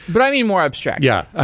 but, i mean, more abstract. yeah. ah